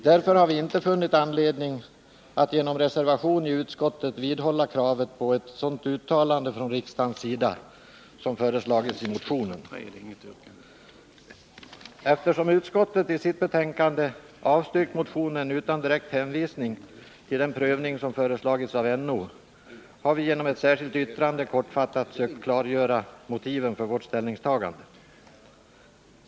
Därför har vi inte funnit anledning att genom en reservation till utskottsbetänkandet vidhålla kravet på ett sådant uttalande från riksdagens sida som föreslagits i motionen. Eftersom utskottet i sitt betänkande avstyrkt motionen utan direkt hänvisning till den prövning som föreslagits av NO har vi genom ett särskilt yttrande kortfattat sökt klargöra motiven för vårt ställningstagande.